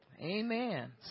Amen